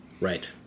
Right